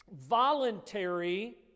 voluntary